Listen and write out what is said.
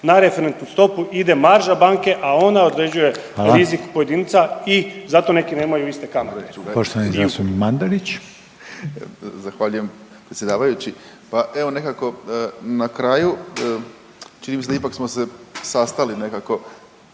Na referentnu stopu ide marža banke, a ona određuje rizik pojedinca i zato neki nemaju iste kamate. **Reiner, Željko (HDZ)** Poštovani zastupnik Mandarić. **Mandarić, Marin (HDZ)** Zahvaljujem predsjedavajući. Pa evo nekako na kraju, čini mi se da ipak smo se sastali nekako,